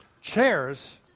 chairs